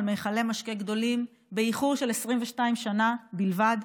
מכלי משקה גדולים באיחור של 22 שנה בלבד,